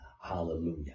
hallelujah